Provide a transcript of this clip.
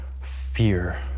fear